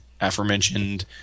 aforementioned